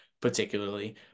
particularly